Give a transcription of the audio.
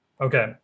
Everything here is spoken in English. Okay